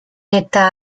età